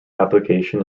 application